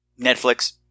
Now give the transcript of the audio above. Netflix